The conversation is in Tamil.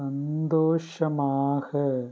சந்தோஷமாக